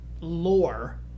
lore